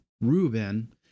Reuben